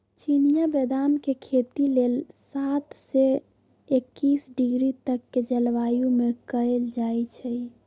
चिनियाँ बेदाम के खेती लेल सात से एकइस डिग्री तक के जलवायु में कएल जाइ छइ